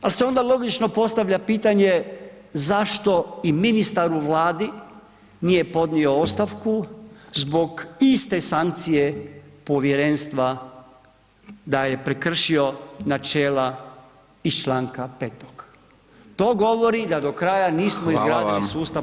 Ali se onda logično postavlja pitanje, zašto i ministar u Vladi nije podnio ostavku zbog iste sankcije povjerenstva da je prekršio načela iz čl. 5. To govori da do kraja nismo izgradili sustava